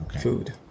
food